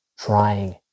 Trying